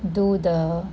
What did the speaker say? do the